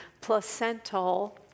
placental